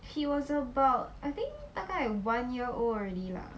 he was about I think 大概 one year old already lah